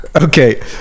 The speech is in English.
Okay